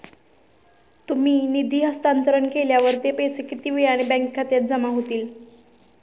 तुम्ही निधी हस्तांतरण केल्यावर ते पैसे किती वेळाने बँक खात्यात जमा होतील?